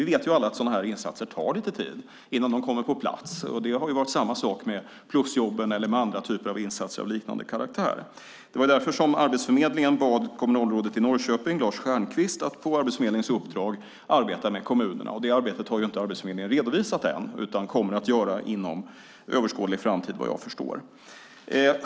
Vi vet alla att det tar lite tid innan sådana här insatser kommer på plats, och det har varit samma sak med plusjobben eller andra typer av insatser av liknande karaktär. Det var därför Arbetsförmedlingen bad kommunalrådet i Norrköping Lars Stjernkvist att på Arbetsförmedlingens uppdrag arbeta med kommunerna. Detta arbete har Arbetsförmedlingen inte redovisat än utan kommer att redovisa inom överskådlig framtid, vad jag förstår.